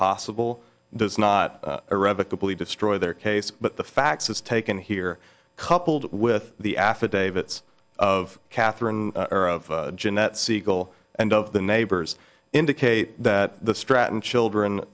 possible does not irrevocably destroy their case but the facts is taken here coupled with the affidavits of catherine or of jeanette siegel and of the neighbors indicate that the stratton children